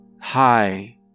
Hi